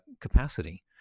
capacity